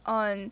on